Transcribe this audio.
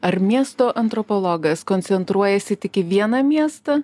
ar miesto antropologas koncentruojasi tik į vieną miestą